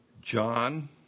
John